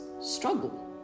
struggle